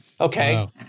Okay